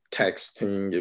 texting